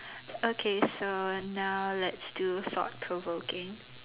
okay so now let's do thought provoking